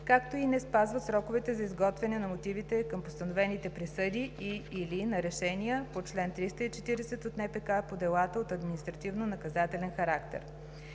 както и не спазват сроковете за изготвяне на мотивите към постановените присъди и/или на решения по чл. 340 от НПК по делата от административнонаказателен характер.